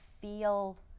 feel